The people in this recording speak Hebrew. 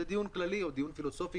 זה דיון כללי או דיון פילוסופי,